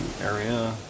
area